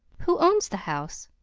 who owns the house?